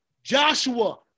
Joshua